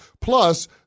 Plus